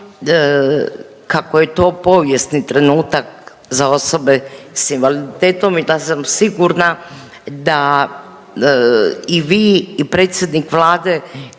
kako je to povijesni trenutak za osobe s invaliditetom i da sam sigurna da i vi i predsjednik Vlade